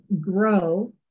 grow